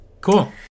Cool